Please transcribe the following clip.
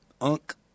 UNC